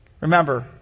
Remember